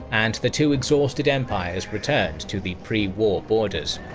and the two exhausted empires returned to the pre-war borders.